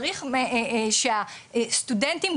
צריך שהסטודנטים,